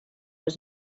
was